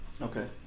Okay